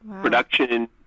production